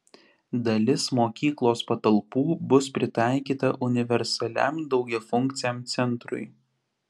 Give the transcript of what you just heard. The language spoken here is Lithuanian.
dalis mokyklos patalpų bus pritaikyta universaliam daugiafunkciam centrui